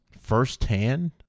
firsthand